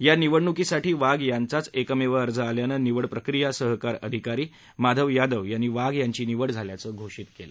या निवडणूकीसाठी वाघ यांचाच एकमेव अर्ज आल्यानं निवड प्रक्रिया सहकार अधिकारी माधव यादव यांनी वाघ यांची निवड झाल्याचं घोषित केलं